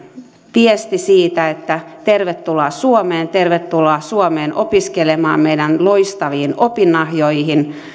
viesti siitä että tervetuloa suomeen tervetuloa suomeen opiskelemaan meidän loistaviin opinahjoihin